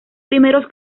primeros